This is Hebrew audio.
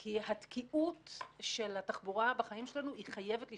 כי התקיעות של התחבורה בחיים שלנו חייבת להשתחרר.